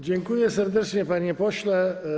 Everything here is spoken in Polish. Dziękuję serdecznie, panie pośle.